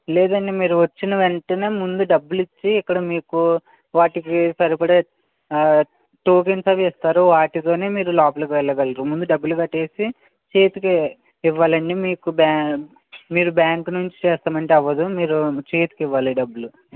లేదు అండి మీరు వచ్చిన వెంటనే ముందు డబ్బులు ఇచ్చి ఇక్కడ మీకు వాటికి సరిపడే టోకెన్స్ అవి ఇస్తారు వాటితోనే మీరు లోపలికి వెళ్ళగలరు ముందు డబ్బులు కట్టేసి చేతికే ఇవ్వాలండి మీకు బ్యా మీరు బ్యాంకు నుంచి తీస్తానంటే అవ్వదు మీరు చేతికి ఇవ్వాలి డబ్బులు